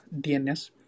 DNS